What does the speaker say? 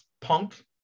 punk